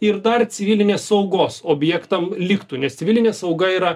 ir dar civilinės saugos objektam liktų nes civilinė sauga yra